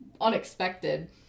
unexpected